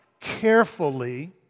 carefully